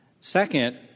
Second